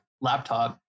laptop